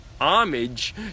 homage